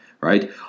right